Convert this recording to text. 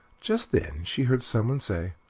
just then she heard some one say